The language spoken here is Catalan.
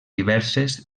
diverses